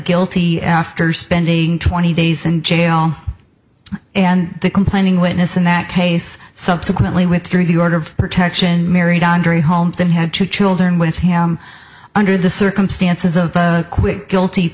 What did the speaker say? guilty after spending twenty days in jail and the complaining witness in that case subsequently withdrew the order of protection married on three homes and had two children with him under the circumstances a quick guilty